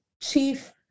chief